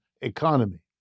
economy